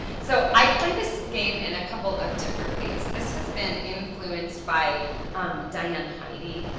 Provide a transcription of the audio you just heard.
so i play this game in a couple of different ways. this has been influenced by diane heidi,